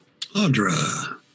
Audra